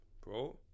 Bro